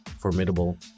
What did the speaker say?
formidable